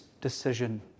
decision